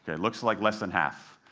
it looks like less than half.